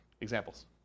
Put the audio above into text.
Examples